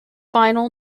final